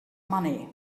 money